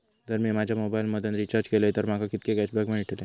जर मी माझ्या मोबाईल मधन रिचार्ज केलय तर माका कितके कॅशबॅक मेळतले?